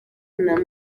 nta